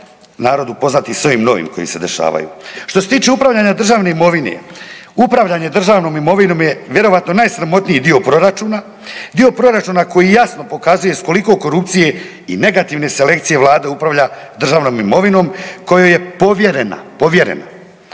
narod upoznati s ovim novim koji se dešavaju. Što se tiče upravljanja u državnoj imovini, upravljanje državnom imovinom je vjerojatno najsramotniji dio proračuna, dio proračuna koji jasno pokazuje s koliko korupcije i negativne selekcije Vlade upravlja državnom imovinom kojoj je povjerena, povjerena.